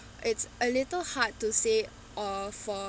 it's a little hard to say or for